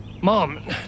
Mom